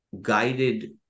guided